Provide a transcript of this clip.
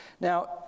Now